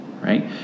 right